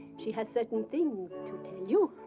she has certain things to tell you.